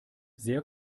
sehr